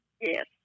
Yes